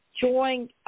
join